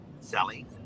Sally